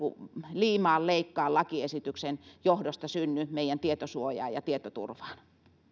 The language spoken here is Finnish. liimaa leikkaa lakiesityksen johdosta synny meidän tietosuojaan ja tietoturvaan